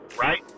right